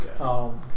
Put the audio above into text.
Okay